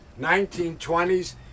1920s